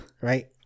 right